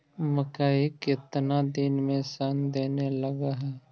मकइ केतना दिन में शन देने लग है?